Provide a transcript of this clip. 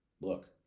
Look